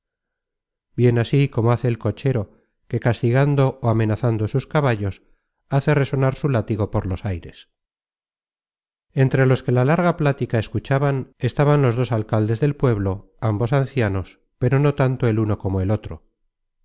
bien así como hace el cochero que castigando ó amenazando sus caballos hace resonar su látigo por los aires entre los que la larga plática escuchaban estaban los dos alcaldes del pueblo ambos ancianos pero no tanto el uno como el otro